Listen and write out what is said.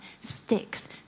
sticks